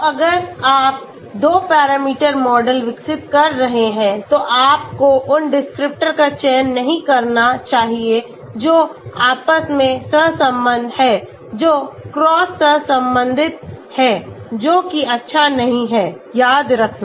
तो अगर आप 2 पैरामीटर मॉडल विकसित कर रहे हैं तो आपको उन डिस्क्रिप्टर का चयन नहीं करना चाहिए जो आपस में सहसंबद्ध हैं जो क्रॉस सहसंबद्ध संबंधित हैं जो कि अच्छा नहीं है याद रखना